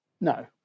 no